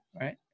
right